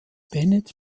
bennett